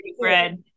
bread